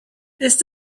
ist